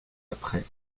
après